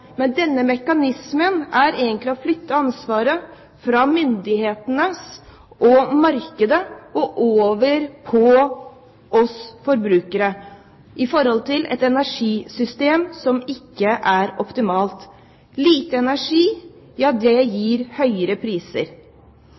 men denne mekanismen flytter egentlig ansvaret fra myndighetene og markedet og over på oss forbrukere, som må forholde oss til et energisystem som ikke er optimalt. Lite energi gir høyere priser.